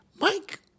Mike